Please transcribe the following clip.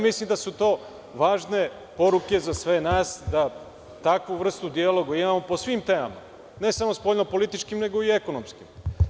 Mislim da su to važne poruke za sve nas, da takvu vrstu dijaloga imamo po svim temama, ne samo spoljnopolitičkim, nego i ekonomskim.